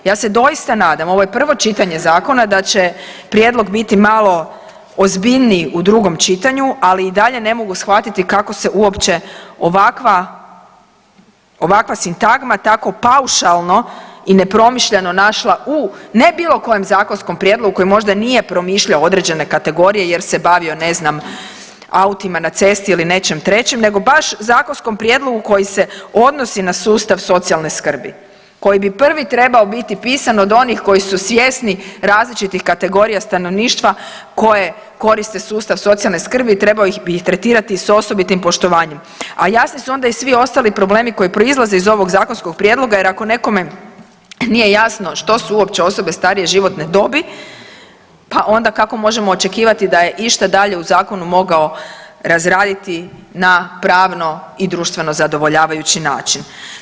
Ja se doista nadam, ovo je prvo čitanje zakona, da će prijedlog biti malo ozbiljniji u drugom čitanju, ali i dalje ne mogu shvatiti kako se uopće ovakva, ovakva sintagma tako paušalno i nepromišljeno našla u, ne bilo kojem zakonskom prijedlogu koji možda nije promišljao određene kategorije jer se bavio ne znam autima na cesti ili nečem trećem nego baš zakonskom prijedlogu koji se odnosi na sustav socijalne skrbi koji bi prvi trebao biti pisan od onih koji su svjesni različitih kategorija stanovništva koje koriste sustav socijalne skrbi i trebao bi ih tretirati s osobitim poštovanjem, a jasni su onda i svi ostali problemi koji proizlaze iz ovog zakonskog prijedloga jer ako nekome nije jasno što su uopće osobe starije životne dobi, pa onda kako možemo očekivati da je išta dalje u zakonu mogao razraditi na pravno i društveno zadovoljavajući način.